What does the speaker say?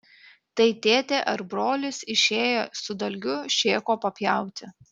tai tėtė ar brolis išėjo su dalgiu šėko papjauti